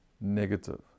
negative